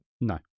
No